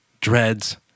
dreads